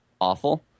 awful